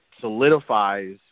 solidifies